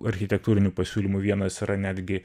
architektūrinių pasiūlymų vienas yra netgi